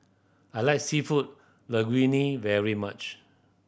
I like Seafood Linguine very much